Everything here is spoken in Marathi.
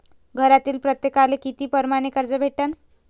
घरातील प्रत्येकाले किती परमाने कर्ज भेटन?